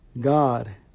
God